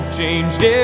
changed